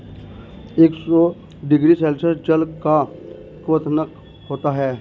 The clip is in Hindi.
एक सौ डिग्री सेल्सियस जल का क्वथनांक होता है